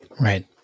Right